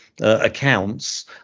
accounts